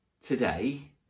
today